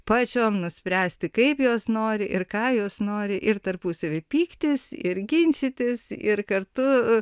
pačiom nuspręsti kaip jos nori ir ką jos nori ir tarpusavyje pyktis ir ginčytis ir kartu